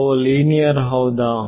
ಅವು ಲೀನಿಯರ್ ಹೌದಾ